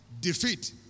defeat